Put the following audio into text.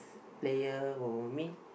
player who I mean